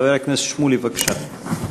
חבר הכנסת שמולי, בבקשה.